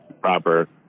proper